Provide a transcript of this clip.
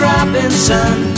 Robinson